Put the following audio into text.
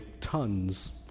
tons